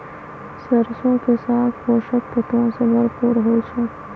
सरसों के साग पोषक तत्वों से भरपूर होई छई